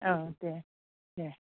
औ दे दे